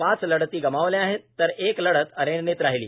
पाच लढती गमावल्या आहे तर एक लढत अनिर्णित राहीली